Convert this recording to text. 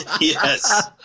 Yes